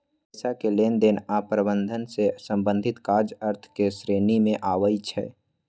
पइसा के लेनदेन आऽ प्रबंधन से संबंधित काज अर्थ के श्रेणी में आबइ छै